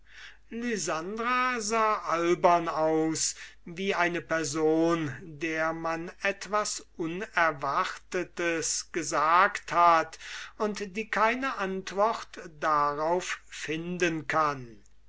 lysandra sah albern aus wie eine person der man etwas unerwartetes gesagt hat und die keine antwort darauf finden kann